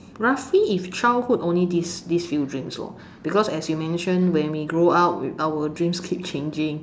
roughly if childhood only these these few dreams lor because as you mention when we grow up our dreams keep changing